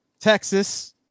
Texas